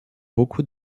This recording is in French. beaucoup